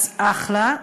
אז אחלה,